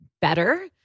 better